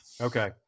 Okay